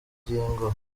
ngingo